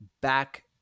back